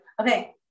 Okay